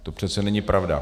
To přece není pravda.